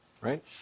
right